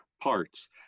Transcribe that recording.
parts